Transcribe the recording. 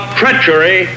treachery